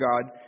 God